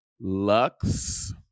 Lux